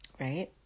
Right